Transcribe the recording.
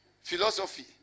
Philosophy